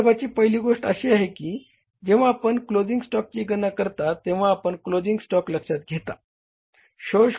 संदर्भाची पहिली गोष्ट अशी आहे की जेव्हा आपण क्लोजिंग स्टॉकची गणना करता तेव्हा आपण क्लोजिंग स्टॉक लक्षात घेता